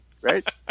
right